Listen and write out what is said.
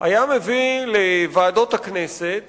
היה מביא לוועדות הכנסת